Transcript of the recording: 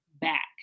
back